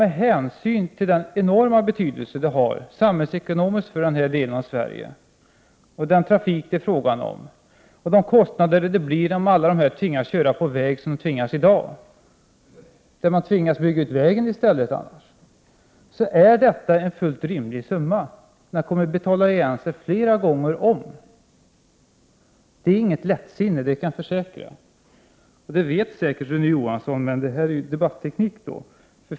Men hänsyn till den enorma samhällsekonomiska betydelse som västkustbanan har för denna del av Sverige och med hänsyn till den trafikmängd som det är fråga om och de kostnader det skulle medföra om all denna trafik, så som den gör i dag, tvingas gå på landsväg även i fortsättningen — då tvingas man ju i stället att bygga ut vägen — är detta en fullt rimlig summa. Den kommer att betalas igen flera gånger om. Det är inte något lättsinne — det kan jag försäkra. Det vet säkert Rune Johansson, det är bara fråga om debatt-teknik.